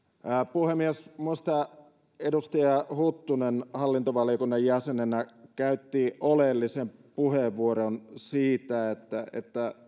puhemies minusta edustaja huttunen hallintovaliokunnan jäsenenä käytti oleellisen puheenvuoron siitä että että